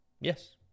Yes